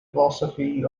philosophy